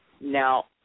Now